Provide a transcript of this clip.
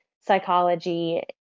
psychology